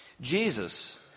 Jesus